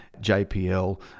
JPL